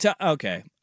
Okay